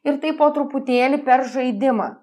ir taip po truputėlį per žaidimą